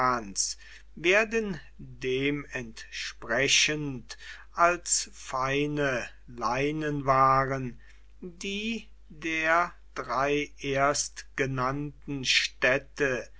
werden dem entsprechend als feine leinenwaren die der drei erstgenannten städte